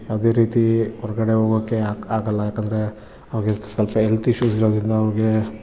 ಯಾವುದೇ ರೀತಿ ಹೊರಗಡೆ ಹೋಗಕ್ಕೆ ಆಗಲ್ಲ ಯಾಕಂದರೆ ಅವ್ರಿಗೆ ಸ್ವಲ್ಪ ಹೆಲ್ತ್ ಇಶ್ಯೂಸ್ ಇರೊದ್ರಿಂದ ಅವ್ರಿಗೆ